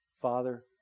Father